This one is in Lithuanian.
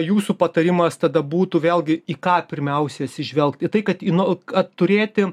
jūsų patarimas tada būtų vėlgi į ką pirmiausiai atsižvelgt į tai kad ino kad turėti